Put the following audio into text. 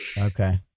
okay